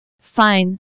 Fine